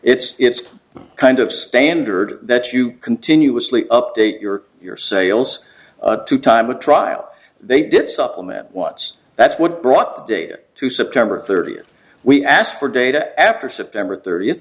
before it's kind of standard that you continuously update your your sales to time a trial they did supplement what's that's what brought the data to september thirtieth we asked for data after september thirtieth